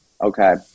Okay